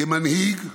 כמנהיג,